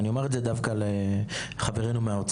ואני אומר את זה דווקא לחברנו מהאוצר.